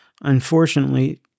Unfortunately